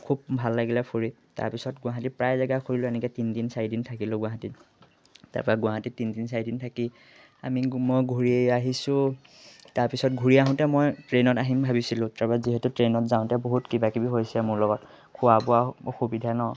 খুব ভাল লাগিলে ফুৰি তাৰপিছত গুৱাহাটী প্ৰায় জেগা ফুৰিলোঁ এনেকেৈ তিনদিন চাৰিদিন থাকিলোঁ গুৱাহাটী তাৰপৰা গুৱাহাটীত তিনিদিন চাৰিদিন থাকি আমি মই ঘূৰি আহিছোঁ তাৰপিছত ঘূৰি আহোঁতে মই ট্ৰেইনত আহিম ভাবিছিলোঁ তাৰপৰা যিহেতু ট্ৰেইনত যাওঁতে বহুত কিবাকিবি হৈছে মোৰ লগত খোৱা বোৱা অসুবিধা ন